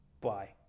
Bye